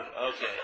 Okay